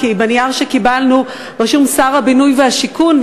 כי בנייר שקיבלנו רשום "שר הבינוי והשיכון",